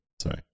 Sorry